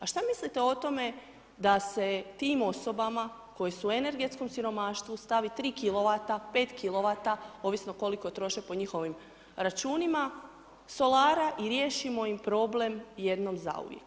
A šta mislite o tome da se tim osobama koji su u energetskom siromaštvu stavi 3 kilovata, 5 kilovata, ovisno koliko troše po njihovim računima, solara i riješimo im problem jednom zauvijek.